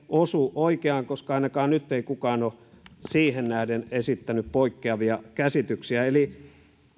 osui oikeaan koska ainakaan nyt ei kukaan ole siihen nähden esittänyt poikkeavia käsityksiä eli